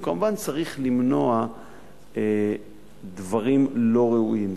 והוא כמובן צריך למנוע דברים לא ראויים.